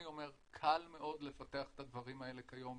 אני אומר: קל מאוד לפתח את הדברים האלה כיום,